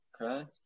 Okay